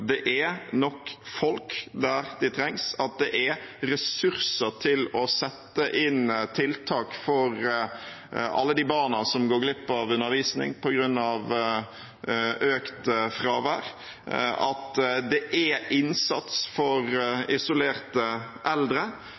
det er ressurser til å sette inn tiltak for alle de barna som går glipp av undervisning på grunn av økt fravær, og at det er innsats for isolerte eldre.